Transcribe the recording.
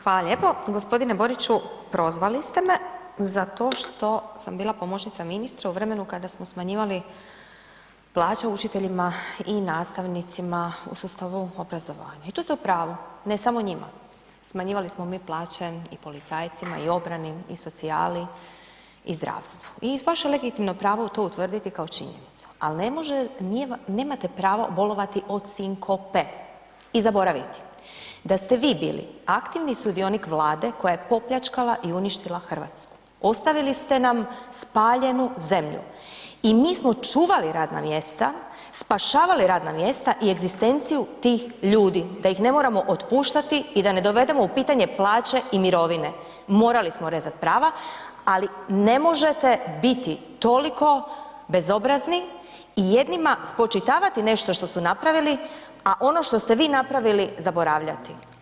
Hvala lijepo. g. Boriću, prozvali ste me za to što sam bila pomoćnica ministra u vremenu kada smo smanjivali plaće učiteljima i nastavnicima u sustavu obrazovanja i tu ste u pravu, ne samo njima, smanjivali smo mi plaće i policajcima i obrani i socijali i zdravstvu i vaše legitimno pravo je to utvrditi kao činjenicu, al ne može, nemate pravo bolovati od sinkope i zaboraviti, da ste vi bili aktivni sudionik Vlade koja je popljačkala i uništila RH, ostavili ste nam spaljenu zemlju i mi smo čuvali radna mjesta, spašavali radna mjesta i egzistenciju tih ljudi, da ih ne moramo otpuštati i da ne dovedemo u pitanje plaće i mirovine, morali smo rezat prava, ali ne možete biti toliko bezobrazno i jednima spočitavati nešto što su napravili, a ono što ste vi napravili zaboravljati.